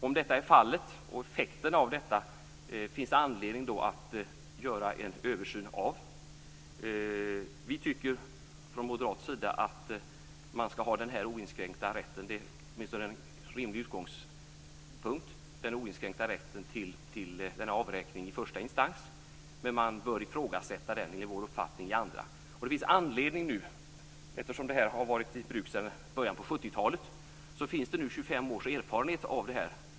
Det finns anledning att göra en översyn av om detta är fallet och av effekterna av detta. Vi tycker från moderat sida att man skall ha en oinskränkt rätt, det är åtminstone en rimlig utgångspunkt, till denna avräkning i första instans, men man bör enligt vår uppfattning ifrågasätta den i andra instans. Det finns anledning till detta nu. Eftersom det här har varit i bruk sedan början av 70-talet finns det nu 25 års erfarenhet av det här.